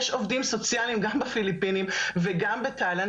יש עובדים סוציאליים גם בפיליפינים וגם בתאילנד